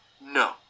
No